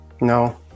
no